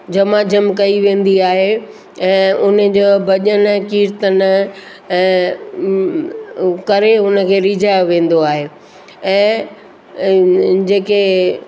झमा झम कई वेंदी आहे ऐं हुनजो भॼन किर्तन ऐं करे हुनखे रिझायो वेंदो आहे ऐं जेके